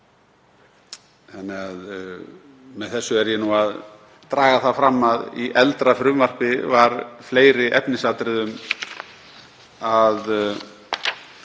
ganga. Með þessu er ég að draga það fram að í eldra frumvarpi var fleiri efnisatriðum